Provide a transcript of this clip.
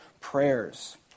prayers